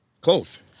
Close